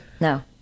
no